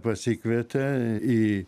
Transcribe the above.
pasikvietė į